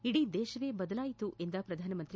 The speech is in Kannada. ಇಡೀ ದೇಶವೇ ಬದಲಾಯಿತು ಎಂದ ಪ್ರಧಾನ ಮಂತ್ರಿ